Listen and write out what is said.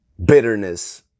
Bitterness